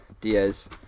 diaz